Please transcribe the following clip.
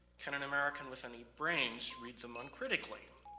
can an american with any brains read them uncritically?